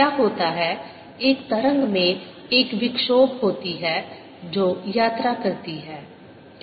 क्या होता है एक तरंग में एक विक्षोभ होती है जो यात्रा करती है